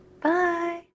Bye